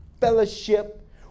fellowship